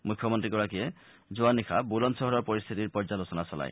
মুখ্যমন্ত্ৰীগৰাকীয়ে যোৱা নিশা বুলণ্ডচহৰৰ পৰিস্থিতিৰ পৰ্যালোচনা চলায়